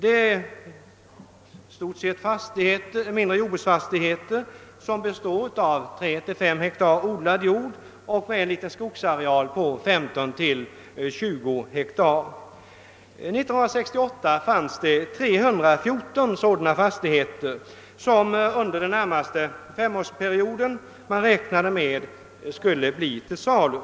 Det gäller i stort sett mindre jordbruksfastigheter, bestående av 3—5 hektar odlad jord och med en liten skogsareal på 15—20 hektar. År 1968 fanns det 314 sådana fastigheter som man räknade med skulle bli till salu under den närmaste femårsperioden.